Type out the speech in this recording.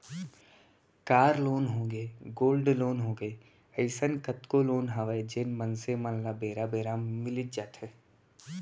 car loan होगे, gold loan होगे, अइसन कतको लोन हवय जेन मनसे मन ल बेरा बेरा म मिलीच जाथे